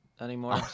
Anymore